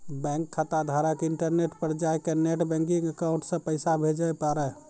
bank खाताधारक internet पर जाय कै नेट बैंकिंग अकाउंट से पैसा भेजे पारै